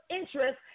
interest